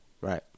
right